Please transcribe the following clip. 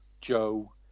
Joe